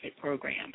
program